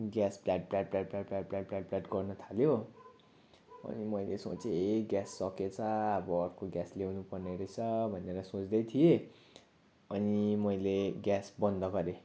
gas भ्लाट भ्लाट भ्लाट भ्लाट भ्लाट भ्लाट गर्न थाल्यो अनि मैले सोचेँ ए ग्यास सकिएछ अब अर्को ग्यास ल्याउनु पर्ने रहेछ भनेर सोच्दै थिएँ अनि मैले ग्यास बन्द गरेँ